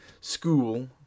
school